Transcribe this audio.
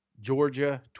Georgia